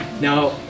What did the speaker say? Now